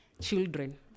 children